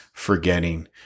forgetting